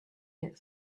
get